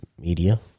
media